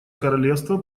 королевство